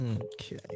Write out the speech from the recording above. okay